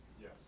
Yes